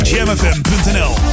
JamFM.nl